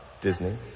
Disney